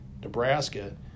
Nebraska